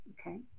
Okay